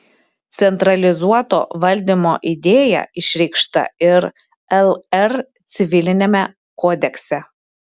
centralizuoto valdymo idėja išreikšta ir lr civiliniame kodekse